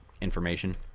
information